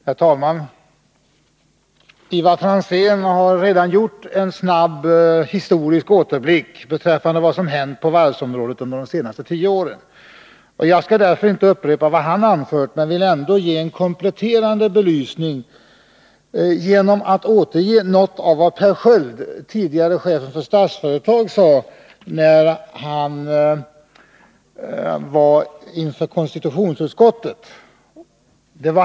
Herr talman! Ivar Franzén har redan gjort en snabb historisk återblick beträffande vad som hänt på varvsområdet under de senaste tio åren. Jag skall inte upprepa vad han anfört, men jag vill ändå ge en kompletterande belysning genom att återge något av vad Per Sköld, tidigare chef för Statsföretag, sade inför konstitutionsutskottet.